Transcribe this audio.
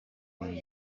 wind